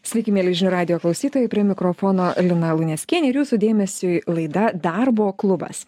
sveiki mieli žinių radijo klausytojai prie mikrofono lina luneckienė ir jūsų dėmesiui laida darbo klubas